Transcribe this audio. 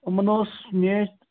یِمَن اوس میچ